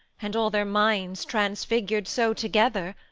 and all their minds transfigur'd so together,